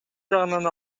жагынан